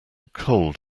cold